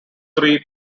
three